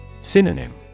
Synonym